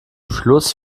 schluss